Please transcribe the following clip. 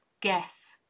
guess